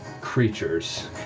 creatures